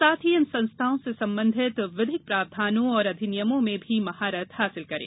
साथ ही इन संस्थाओं से संबंधित विधिक प्रावधानों एवं अधिनियमों में भी महारत हासिल करें